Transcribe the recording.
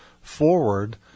forward